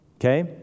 Okay